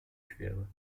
quere